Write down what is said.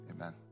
Amen